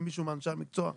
אם מישהו מאנשי המקצוע זוכר,